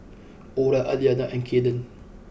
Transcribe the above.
Orah Aliana and Cayden